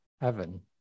heaven